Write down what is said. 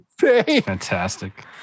Fantastic